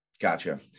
Gotcha